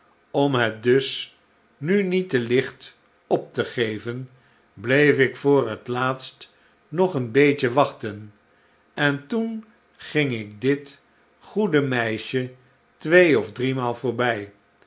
om het dus nu niet te licht op te geven bleef ik voor het laatst nog een beetje wachten en toen ging ik dit goede meisje twee of driemaal voorbij